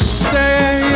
stay